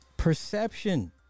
Perception